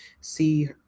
see